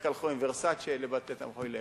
רק הלכו עם "ורסצ'ה" לבתי-תמחוי לאכול.